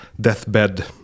deathbed